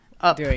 up